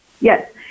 Yes